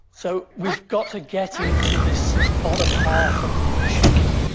so we've got to get into this bottom half of the emissions.